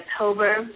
October